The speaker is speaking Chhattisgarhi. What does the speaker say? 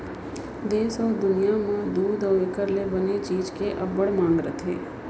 देस अउ दुनियॉं म दूद अउ एकर ले बने चीज के अब्बड़ मांग रथे